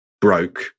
broke